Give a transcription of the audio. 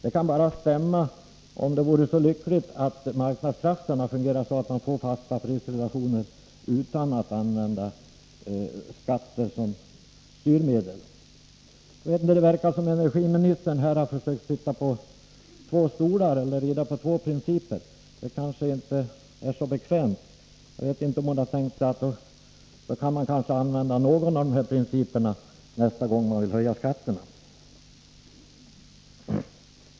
Det kan bara stämma om det vore så lyckligt att marknadskrafterna fungerade så att man fick fasta prisrelationer utan att använda skatter som styrmedel. Det verkar som om energiministern här försökt sitta på två stolar eller rida på två principer. Det kanske inte är så bekvämt. Jag vet inte om hon tänkt sig att hon i så fall kan använda någon av dess principer nästa gång hon vill höja skatterna.